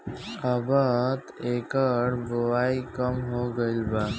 अबत एकर बओई कम हो गईल बा